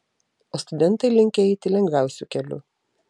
o studentai linkę eiti lengviausiu keliu